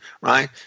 right